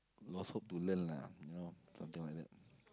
lost hope to learn lah you know something like that